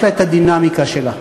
יש לה הדינמיקה שלה.